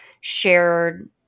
shared